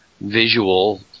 visual